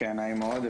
נעים מאוד.